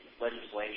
legislation